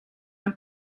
een